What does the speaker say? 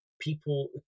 people